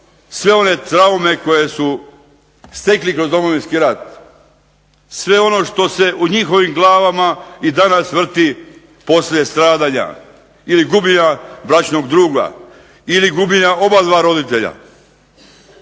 sve one traume koje su stekli kroz Domovinski rat, sve ono što se u njihovim glavama i danas vrti poslije stradanja ili gubljenja bračnog druga ili gubljenja obadva roditelja.